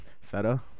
Feta